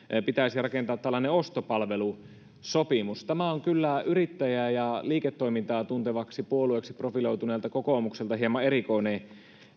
pitäisi rakentaa tällainen ostopalvelusopimus tämä on kyllä yrittäjä ja liiketoimintaa tuntevaksi puolueeksi profiloituneelta kokoomukselta hieman erikoinen